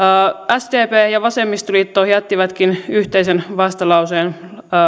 sdp ja vasemmistoliitto jättivätkin yhteisen vastalauseen